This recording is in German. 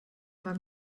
beim